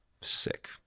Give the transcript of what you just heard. Sick